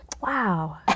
Wow